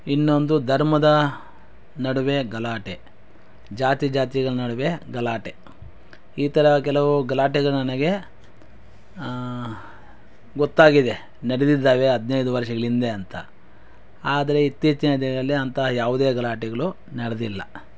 ಇನ್ನೊಂದು ಧರ್ಮದ ನಡುವೆ ಗಲಾಟೆ ಜಾತಿ ಜಾತಿಗಳ ನಡುವೆ ಗಲಾಟೆ ಈ ಥರ ಕೆಲವು ಗಲಾಟೆಗಳು ನನಗೆ ಗೊತ್ತಾಗಿದೆ ನಡೆದಿದ್ದಾವೆ ಹದಿನೈದು ವರ್ಷಗಳು ಹಿಂದೆ ಅಂತ ಆದರೆ ಇತ್ತೀಚಿನ ದಿನದಲ್ಲಿ ಅಂತಹ ಯಾವುದೇ ಗಲಾಟೆಗಳು ನಡೆದಿಲ್ಲ